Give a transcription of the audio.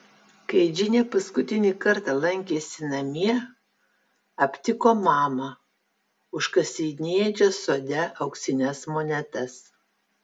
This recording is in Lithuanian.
kai džinė paskutinį kartą lankėsi namie aptiko mamą užkasinėjančią sode auksines monetas